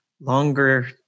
longer